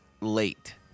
late